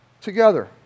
together